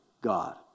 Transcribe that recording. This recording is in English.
God